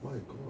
my god